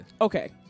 Okay